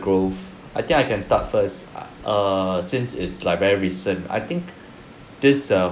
growth I think I can start first uh err since it's like very recent I think this err